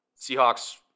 Seahawks